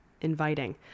Inviting